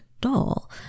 doll